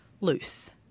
loose